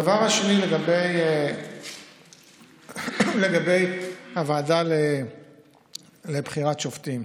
הדבר השני, לגבי הוועדה לבחירת שופטים.